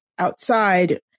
outside